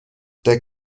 der